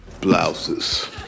blouses